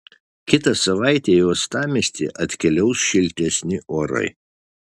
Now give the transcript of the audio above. kitą savaitę į uostamiestį atkeliaus šiltesni orai